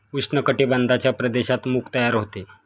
उष्ण कटिबंधाच्या प्रदेशात मूग तयार होते